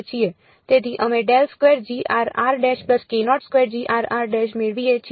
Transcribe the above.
તેથી અમે મેળવીએ છીએ